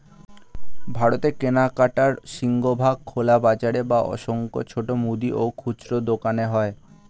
ভারতে কেনাকাটার সিংহভাগ খোলা বাজারে বা অসংখ্য ছোট মুদি ও খুচরো দোকানে হয়